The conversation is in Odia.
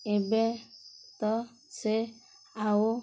ଏବେ ତ ସେ ଆଉ